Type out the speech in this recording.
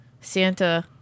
Santa